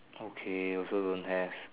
okay also don't have